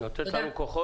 תודה, את נותנת לנו כוחות.